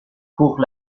pour